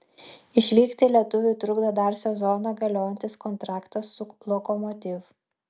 išvykti lietuviui trukdo dar sezoną galiojantis kontraktas su lokomotiv